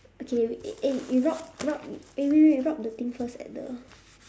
okay eh eh you rub rub eh wait wait rub the things first at the